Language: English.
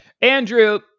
Andrew